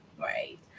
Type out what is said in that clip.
right